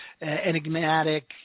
enigmatic